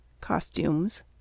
Costumes